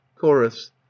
Chorus